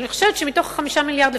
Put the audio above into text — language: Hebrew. אני חושבת שמתוך 5 מיליארדים,